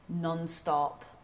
non-stop